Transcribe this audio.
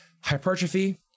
Hypertrophy